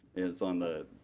is on the